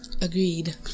Agreed